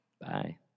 Bye